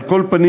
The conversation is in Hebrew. על כל פנים,